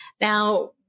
Now